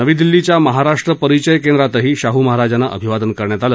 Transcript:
नवी दिल्लीच्या महाराष्ट्र परिचय केंद्रातही शाहू महाराजांना अभिवादन करण्यात आलं